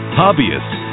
hobbyists